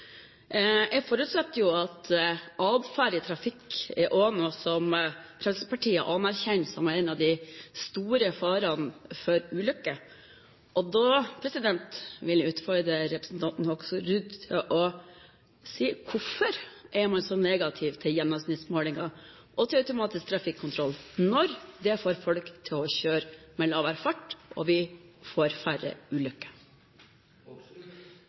er noe som Fremskrittspartiet anerkjenner som en av de store farene for å skape ulykker. Da vil jeg utfordre representanten Hoksrud til å si hvorfor man er så negativ til gjennomsnittsmålinger og automatisk trafikkontroll, når det får folk til å kjøre med lavere fart, og det blir færre ulykker.